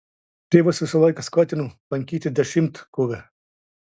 tėvas visą laiką skatino lankyti dešimtkovę